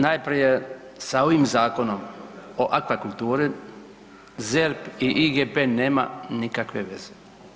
Najprije sa ovim zakonom o aquakulturi ZERP i IGP nema nikakve veze.